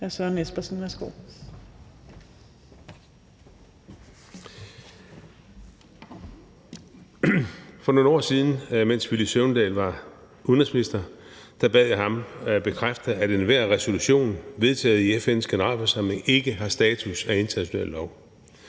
Søren Espersen (DF): For nogle år siden, mens Villy Søvndal var udenrigsminister, bad jeg ham bekræfte, at enhver resolution vedtaget i FN's Generalforsamling ikke har status af international lov.